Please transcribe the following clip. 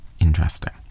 interesting